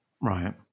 Right